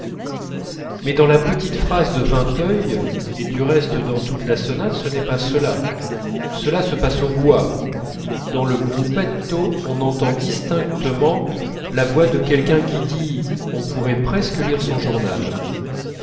mais dans la petite phrase de vinteuil et du reste dans toute la sonate ce n'est pas cela cela se passe au bois dans le gruppetto on entend distinctement la voix de quelqu'un qui dit on pourrait presque lire son journal